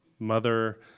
Mother